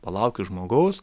palaukiu žmogaus